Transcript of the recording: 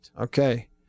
Okay